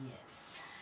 Yes